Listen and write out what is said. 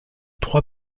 trois